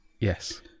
Yes